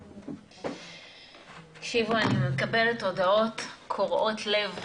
ועדיין לא קיבלנו את התשובה שלכם לגבי ההסמכה לגבי הברים והפאבים.